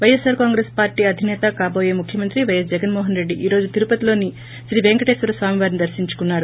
YSR Congress party అధినేత కాబోయే ముఖ్యమంత్రి వైఎస్ జగన్మోహన రెడ్డి ఈ రోజు తీరుపతిలోని శ్రీ పేంకటేశ్వర స్వామివారిని దర్తించుకున్నారు